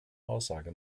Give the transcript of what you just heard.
aussage